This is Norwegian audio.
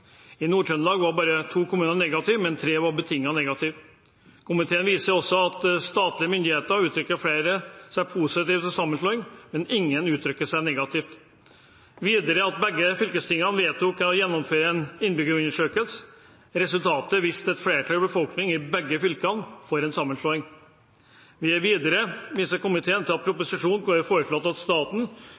I Nord-Trøndelag var bare to kommuner negative, mens tre var betinget negative. Komiteen viser også til at av statlige myndigheter uttrykker flere seg positivt til sammenslåing, mens ingen uttrykker seg negativt. Videre viser komiteen til at begge fylkestingene vedtok å gjennomføre en innbyggerundersøkelse. Resultatet viste at et flertall i befolkningen i begge fylkene var for en sammenslåing. Videre viser komiteen til proposisjonen, der det foreslås at staten